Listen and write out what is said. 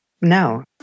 No